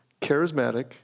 charismatic